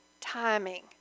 timing